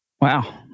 wow